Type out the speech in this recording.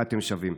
מה אתם שווים.